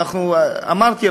אמרתי,